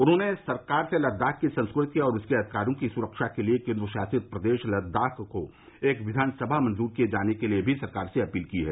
उन्होंने सरकार से लद्दाख की संस्कृति और उसके अधिकारों की सुरक्षा के लिए केन्द्रशासित प्रदेश लद्दाख को एक विघानसभा मंजूर किए जाने के लिए भी सरकार से अपील की है